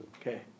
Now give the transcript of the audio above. Okay